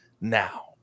now